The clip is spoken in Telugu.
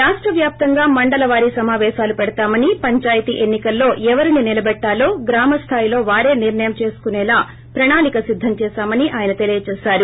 రాష్ట వ్యాప్తం గా మండల వారి సమాపేశాలు పెడతామని పంచాయతీ ఎన్ని కల్లోో ఎవరినో నిలబెట్టలో గ్రామస్లాయిలో వారే నిర్ణయం చేసుకునేలా ప్రణాళిక సిద్ధం చేశామని ఆయన తెలియచేశారు